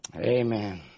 Amen